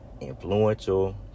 influential